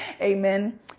Amen